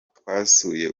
twasuye